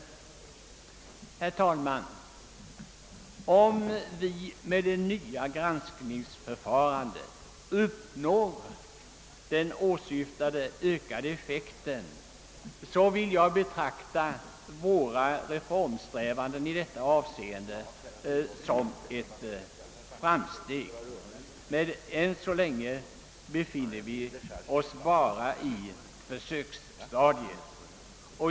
Herr talman! Om vi med det nya granskningsförfarandet uppnår den åsyftade effekten, vill jag betrakta våra reformsträvanden i detta avseende som ett framsteg, men än så länge befinner vi oss bara på försöksstadiet.